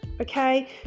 okay